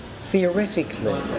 theoretically